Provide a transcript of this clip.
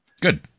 Good